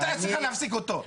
את צריכה להפסיק אותו.